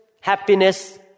happiness